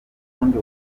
kundi